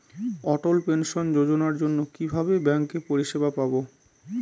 অটল pension যোজনার জন্য কিভাবে ব্যাঙ্কে পরিষেবা পাবো?